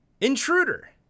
Intruder